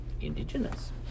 Indigenous